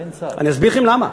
אני אסביר לכם למה.